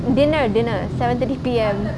dinner dinner seven thirty P_M